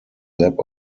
lap